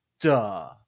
duh